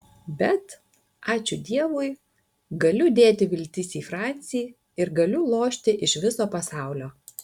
bet ačiū dievui galiu dėti viltis į francį ir galiu lošti iš viso pasaulio